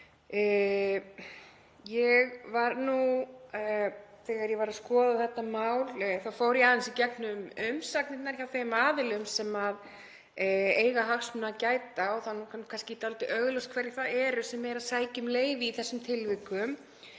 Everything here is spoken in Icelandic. Þegar ég var að skoða þetta mál fór ég aðeins í gegnum umsagnirnar hjá þeim aðilum sem eiga hagsmuna að gæta, og það er kannski dálítið augljóst hverjir það eru sem eru að sækja um leyfi í þessum tilvikum.